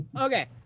Okay